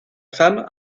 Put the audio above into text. femme